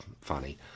funny